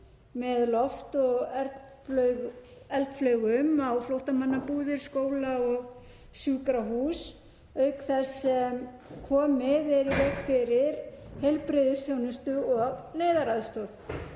með loft- og eldflaugaárásum á flóttamannabúðir, skóla og sjúkrahús auk þess sem komið er í veg fyrir heilbrigðisþjónustu og neyðaraðstoð.